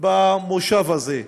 במושב הזה.